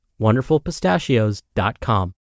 wonderfulpistachios.com